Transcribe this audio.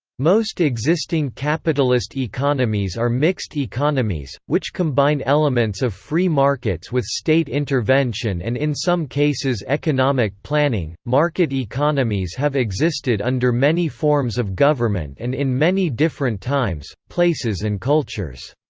most existing capitalist economies are mixed economies, which combine elements of free markets with state intervention and in some cases economic planning market economies have existed under many forms of government and in many different times, places and cultures.